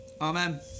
Amen